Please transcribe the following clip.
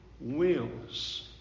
wills